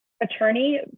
attorney